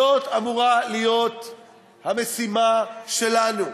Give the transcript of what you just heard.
זאת אמורה להיות המשימה שלנו.